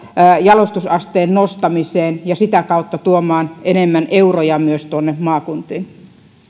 jalostusasteen nostamiseen ja sitä kautta tuomaan enemmän euroja myös tuonne maakuntiin